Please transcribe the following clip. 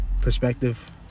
Perspective